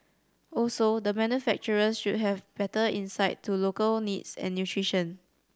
also the manufacturers should have better insight to local needs and nutrition